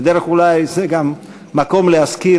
ואולי זה גם המקום להזכיר,